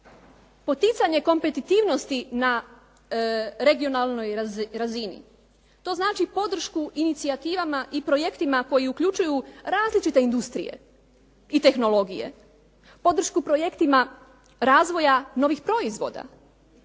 poticanje kompetitivnosti na regionalnoj razini. To znači podršku inicijativama i projektima koji uključuju različite industrije i tehnologije, podršku projektima razvoja novih proizvoda,